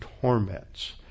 torments